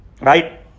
Right